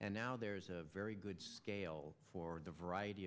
and now there's a very good scale for the variety